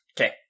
Okay